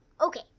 Okay